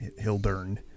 Hildern